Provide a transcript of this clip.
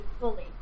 fully